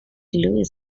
louis